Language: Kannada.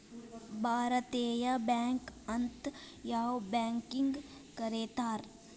ಭಾರತೇಯ ಬ್ಯಾಂಕ್ ಅಂತ್ ಯಾವ್ ಬ್ಯಾಂಕಿಗ್ ಕರೇತಾರ್?